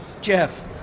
Jeff